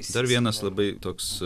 dar vienas labai toks